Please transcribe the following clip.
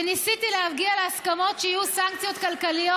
וניסיתי להגיע להסכמות שיהיו סנקציות כלכליות.